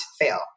fail